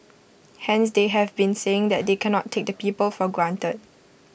hence they have been saying they cannot take the people for granted